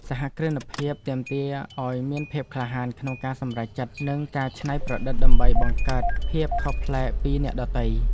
សហគ្រិនភាពទាមទារឱ្យមានភាពក្លាហានក្នុងការសម្រេចចិត្ត និងការច្នៃប្រឌិតដើម្បីបង្កើតភាពខុសប្លែកពីអ្នកដទៃ។